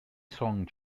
song